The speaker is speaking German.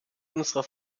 unserer